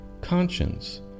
Conscience